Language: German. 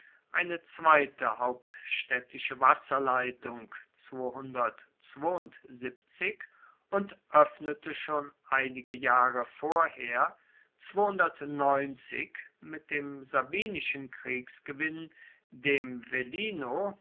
eine zweite hauptstaedtische wasserleitung und oeffnete schon einige jahre vorher mit dem sabinischen kriegsgewinn dem